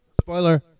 Spoiler